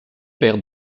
père